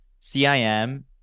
CIM